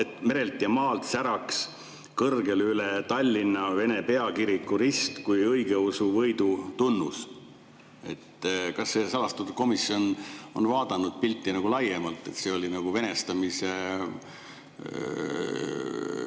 et merelt ja maalt säraks kõrgel üle Tallinna vene peakiriku rist kui õigeusu võidu tunnus. Kas see salastatud komisjon on vaadanud pilti laiemalt, et see oli venestamise